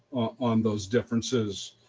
um those differences.